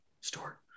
store